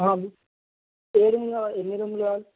ఏరూమ్ కావాలి ఎన్ని రూమ్లు కావాలి